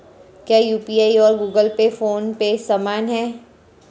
क्या यू.पी.आई और Google Pay PhonePe समान हैं?